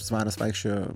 svaras vaikščiojo